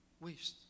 waste